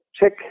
check